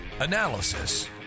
analysis